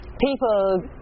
people